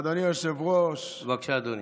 בבקשה, אדוני.